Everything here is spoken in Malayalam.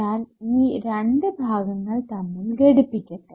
ഞാൻ ഈ രണ്ടു ഭാഗങ്ങൾ തമ്മിൽ ഘടിപ്പിക്കട്ടെ